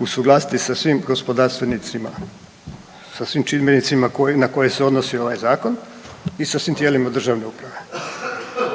usuglasiti sa svim gospodarstvenicima, sa svim čimbenicima na koje se odnosi ovaj Zakon i sa svim tijelima državne uprave.